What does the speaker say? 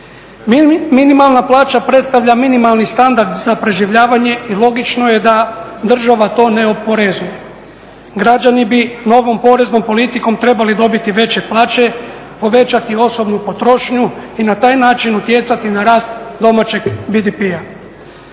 Minimalna plaća predstavlja minimalni standard za preživljavanje i logično je da to država ne oporezuje. Građani bi novom poreznom politikom trebali dobiti veće plaće, povećati osobnu potrošnji i na taj način utjecati na rast domaćeg BDP-a.